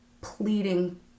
pleading